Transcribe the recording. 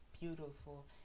beautiful